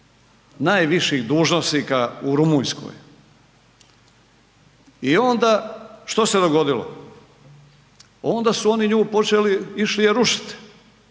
najviših dužnosnika u Rumunjskoj i onda što se dogodilo? Onda su on nju počeli, išli je rušit.